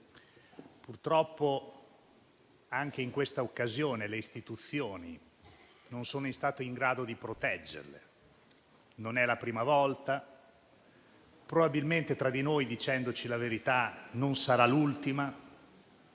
Purtroppo anche in questa occasione le istituzioni non sono state in grado di proteggerle; non è la prima volta e probabilmente - dicendoci la verità tra di noi - non sarà l'ultima.